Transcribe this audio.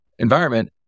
Environment